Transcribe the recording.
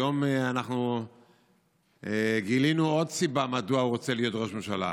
היום אנחנו גילינו עוד סיבה לכך שהוא רוצה להיות ראש ממשלה.